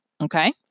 Okay